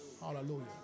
hallelujah